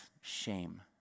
shame